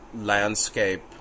landscape